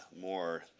more